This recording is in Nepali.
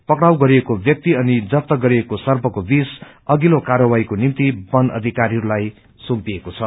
पक्राउ गरिएको व्याक्ति अनि जप्त गरिएको सर्पको विष अषिल्लो कार्यावाहीको निम्ति वन अषिकारीहरूलाई सुम्पिएको छ